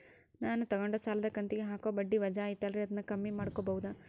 ನಾನು ತಗೊಂಡ ಸಾಲದ ಕಂತಿಗೆ ಹಾಕೋ ಬಡ್ಡಿ ವಜಾ ಐತಲ್ರಿ ಅದನ್ನ ಕಮ್ಮಿ ಮಾಡಕೋಬಹುದಾ?